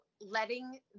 letting